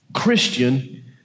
Christian